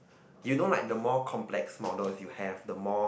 you know like the more complex models you have the more